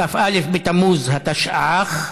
כ"א בתמוז התשע"ח,